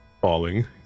falling